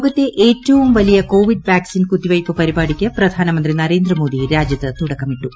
ലോകത്തെ ഏറ്റവും വലിയ കോവിഡ് വാക്സിൻ കുത്തിവെയ്പ്പ് പരിപാടിക്ക് പ്രധാനമന്ത്രി നരേന്ദ്രമോദി രാജ്യത്ത് തുടക്കമിട്ടു